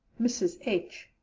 mrs. h.